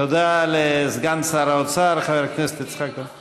תודה לסגן שר האוצר חבר הכנסת יצחק כהן.